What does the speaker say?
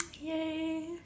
yay